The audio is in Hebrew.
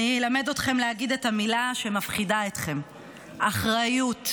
אני אלמד אתכם להגיד את המילה שמפחידה אתכם: אחריות,